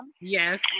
yes